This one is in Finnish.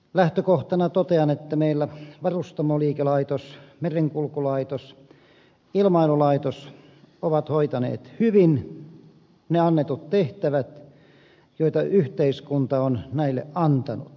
lähtökohtana totean että meillä varustamoliikelaitos merenkulkulaitos ja ilmailulaitos ovat hoitaneet hyvin ne annetut tehtävät joita yhteiskunta on näille antanut